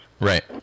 Right